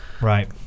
right